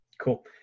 Cool